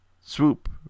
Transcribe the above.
Swoop